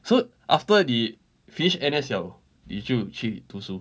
so after 你 finish N_S liao 你就去读书